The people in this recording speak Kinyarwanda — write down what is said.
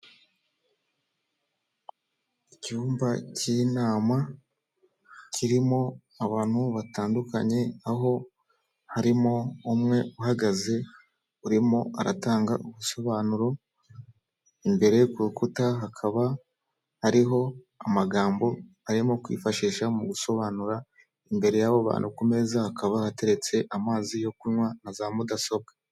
Icyumba cy'inama kirimo abantu batandukanye, aho harimo umwe uhagaze urimo aratanga ubusobanuro, imbere ye ku rukuta hakaba hariho amagambo arimo kwifashisha mu gusobanura, imbere y'abo bantu ku meza hakaba hateretse amazi yo kunywa na za mudasobwa.